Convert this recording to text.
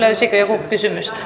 löysikö joku kysymystä